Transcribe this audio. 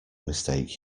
mistake